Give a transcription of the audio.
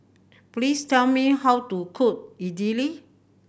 please tell me how to cook Idili